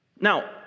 Now